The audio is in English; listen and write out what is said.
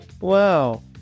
Wow